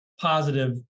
positive